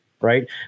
right